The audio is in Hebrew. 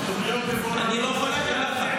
כוללניות, תוכניות מפורטות, אני לא חולק עליך.